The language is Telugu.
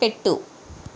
పెట్టు